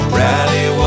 rally